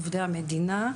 עובדי המדינה,